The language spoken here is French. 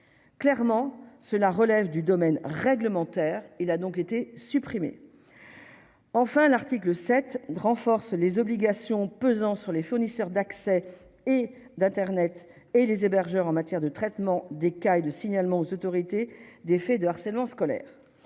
clairement, cela relève du domaine réglementaire, il a donc été supprimé, enfin, l'article 7 renforce les obligations pesant sur les fournisseurs d'accès et d'Internet et les hébergeurs en matière de traitement des cas et de signalement aux autorités des faits de harcèlement scolaire,